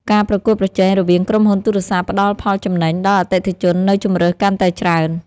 ការប្រកួតប្រជែងរវាងក្រុមហ៊ុនទូរស័ព្ទ ផ្តល់ផលចំណេញដល់អតិថិជននូវជម្រើសកាន់តែច្រើន។